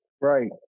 Right